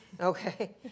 Okay